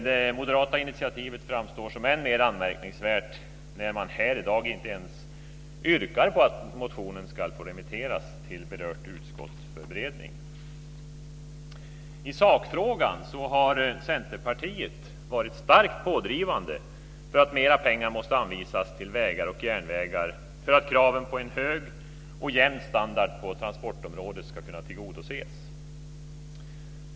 Det moderata initiativet framstår som än mer anmärkningsvärt när man här i dag inte ens yrkar på att motionen ska få remitteras till berört utskott för beredning. I sakfrågan har Centerpartiet varit starkt pådrivande för att mer pengar måste anvisas till vägar och järnvägar så att kraven på en hög och jämn standard på transportområdet ska kunna tillgodoses.